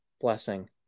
blessing